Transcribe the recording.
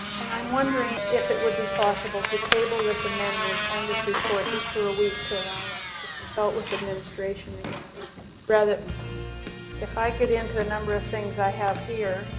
and i'm wondering if it would be possible to table this amendment and this report just for a week to allow us to consult with administration again and if i get into a number of things i have here,